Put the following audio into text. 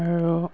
আৰু